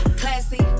classy